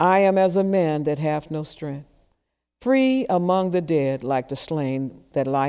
i am as a man that have no stress free among the dead like the slain that lie